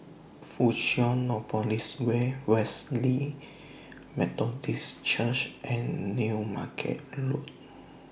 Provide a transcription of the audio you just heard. Fusionopolis Way Wesley Methodist Church and New Market Road